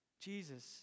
Jesus